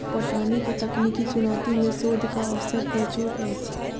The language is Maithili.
पटौनीक तकनीकी चुनौती मे शोधक अवसर प्रचुर अछि